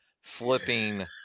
flipping